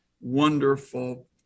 wonderful